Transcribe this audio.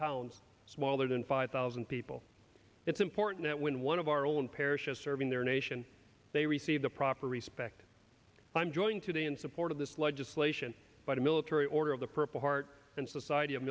towns smaller than five thousand people it's important that when one of our own parish is serving their nation they receive the proper respect i'm joined today in support of this legislation by the military order of the purple heart and society of